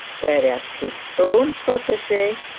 whereas his own protege,